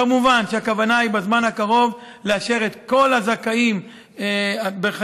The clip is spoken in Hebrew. כמובן שהכוונה היא בזמן הקרוב לאשר את כל הזכאים בסדיר.